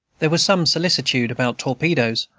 there was some solicitude about torpedoes,